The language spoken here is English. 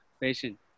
patient